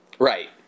Right